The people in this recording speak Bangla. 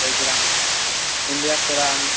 পেয়েছিলাম ইন্ডিয়ার সেরা আমি